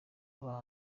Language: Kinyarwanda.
baba